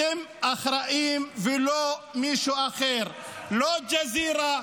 אתם אחראים ולא מישהו אחר, לא אל-ג'זירה,